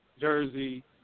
Jersey